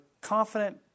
confident